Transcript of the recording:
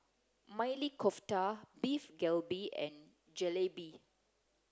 Maili Kofta Beef Galbi and Jalebi